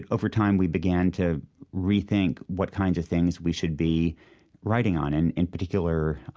over time we began to rethink what kind of things we should be writing on. in in particular,